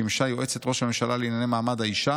שימשה יועצת ראש הממשלה לענייני מעמד האישה